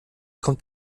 kommt